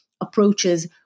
approaches